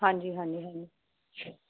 ਹਾਂਜੀ ਹਾਂਜੀ ਹਾਂਜੀ